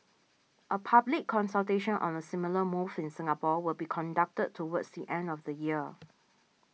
a public consultation on a similar move in Singapore will be conducted towards the end of the year